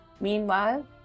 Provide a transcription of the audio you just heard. Meanwhile